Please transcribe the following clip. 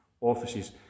offices